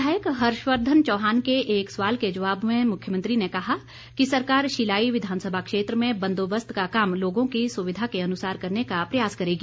विधायक हर्षवर्धन चौहान के एक सवाल के जवाब में मुख्यमंत्री ने कहा कि सरकार शिलाई विधानसभा क्षेत्र में बंदोबस्त का काम लोगों की सुविधा के अनुसार करने का प्रयास करेगी